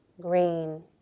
green